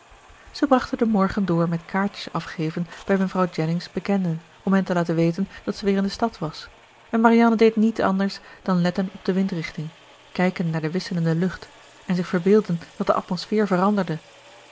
zij brachten den morgen door met kaartjes afgeven bij mevrouw jennings bekenden om hen te laten weten dat zij weer in de stad was en marianne deed niet anders dan letten op de windrichting kijken naar de wisselende lucht en zich verbeelden dat de atmosfeer veranderde